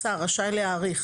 השר רשאי להאריך